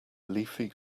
leafy